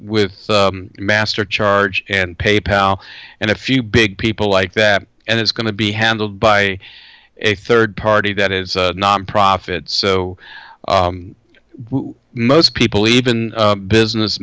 with master charge and pay pal and a few big people like that and it's going to be handled by a rd party that is nonprofit so most people even business